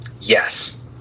yes